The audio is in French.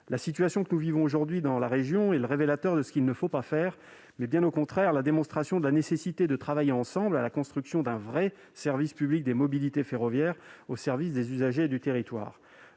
la situation que nous vivons aujourd'hui dans la région et le révélateur de ce qu'il ne faut pas faire, mais bien au contraire, la démonstration de la nécessité de travailler ensemble à la construction d'un vrai service public des mobilités ferroviaire au service des usagers du territoire